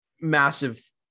massive